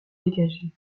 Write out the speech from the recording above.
dégagé